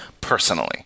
personally